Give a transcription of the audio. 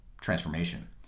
transformation